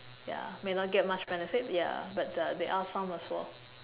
ya may not get much benefit ya but uh there are some as well